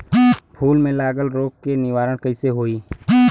फूल में लागल रोग के निवारण कैसे होयी?